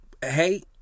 hey